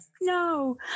No